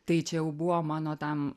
tai čia jau buvo mano tam